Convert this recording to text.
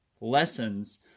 lessons